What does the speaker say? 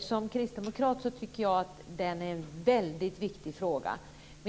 Som kristdemokrat tycker jag att den frågan är väldigt viktig.